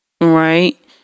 right